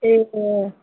त्यही त